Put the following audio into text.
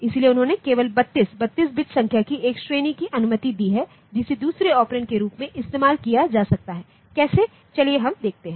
इसलिएउन्होंने केवल 32 32 बिट संख्या की एक श्रेणी की अनुमति दी है जिसे दूसरे ऑपरेंड के रूप में इस्तेमाल किया जा सकता है कैसे चलिए हम देखते हैं